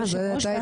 היושב ראש,